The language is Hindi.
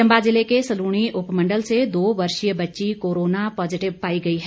चंबा जिला के सलूणी उपमंडल से दो वर्षीय बच्ची कोरोना पॉजिटिव पाई गई है